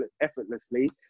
effortlessly